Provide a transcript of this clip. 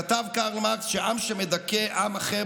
כתב קרל מרקס שעם שמדכא עם אחר,